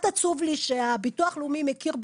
העובדות שונות לגמרי.